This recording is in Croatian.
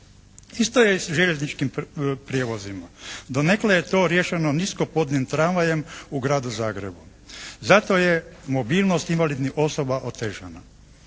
Isto je s željezničkim prijevozima. Donekle je to riješeno nisko podnim tramvajem u gradu Zagrebu. Zato je mobilnost invalidnih osoba otežana.